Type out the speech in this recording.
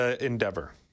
endeavor